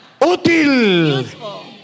útil